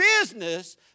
business